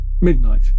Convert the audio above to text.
Midnight